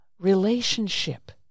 relationship